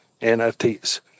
NFTs